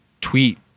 tweet